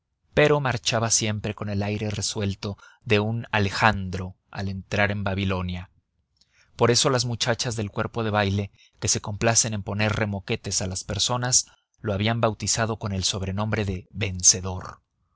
pero marchaba siempre con el aire resuelto de un alejandro al entrar en babilonia por eso las muchachas del cuerpo de baile que se complacen en poner remoquetes a las personas lo habían bautizado con el sobrenombre de vencedor